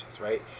right